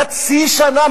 חצי שנה?